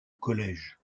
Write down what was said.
collège